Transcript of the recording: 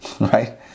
right